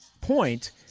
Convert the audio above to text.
point